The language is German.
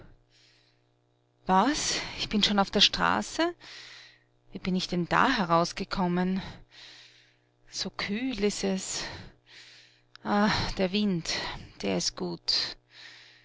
was ich bin schon auf der straße wie bin ich denn da herausgekommen so kühl ist es ah der wind der ist gut